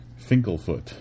Finklefoot